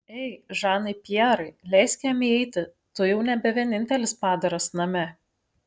ei žanai pjerai leisk jam įeiti tu jau nebe vienintelis padaras name